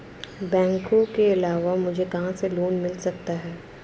बैंकों के अलावा मुझे कहां से लोंन मिल सकता है?